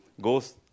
goes